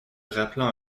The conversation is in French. rappelait